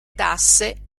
tasse